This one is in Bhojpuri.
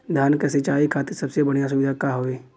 धान क सिंचाई खातिर सबसे बढ़ियां सुविधा का हवे?